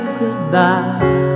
goodbye